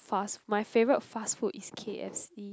fast my favorite fast food is K_F_C